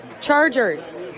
Chargers